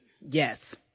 Yes